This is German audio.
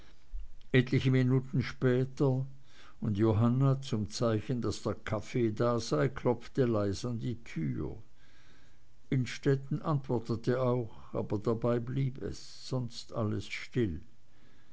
etliche minuten später und johanna zum zeichen daß der kaffee da sei klopfte leise an die tür innstetten antwortete auch aber dabei blieb es sonst alles still